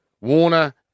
Warner